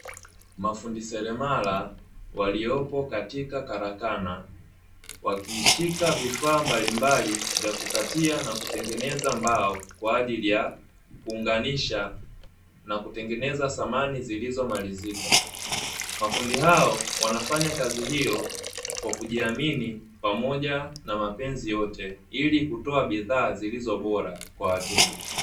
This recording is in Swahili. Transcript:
Mafundi seremala waliopo katika karakana, wakishika vifaa mbalimbali vya kukatia na kutengeneza mbao, kwa ajili ya kuunganisha na kutengeneza samani zilizomalizika. Mafundi hao wanafanya kazi hiyo kwa kujiamini pamoja na mapenzi yote, ili kutoa bidhaa zilizo bora kwa wateja